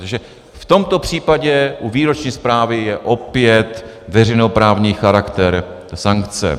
V tomto případě u výroční zprávy je opět veřejnoprávní charakter sankce.